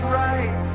right